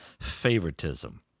favoritism